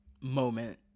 moment